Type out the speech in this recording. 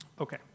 Okay